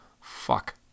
fuck